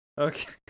Okay